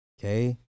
Okay